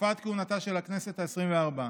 לתקופת כהונתה של הכנסת העשרים-וארבע: